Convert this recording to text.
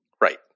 Right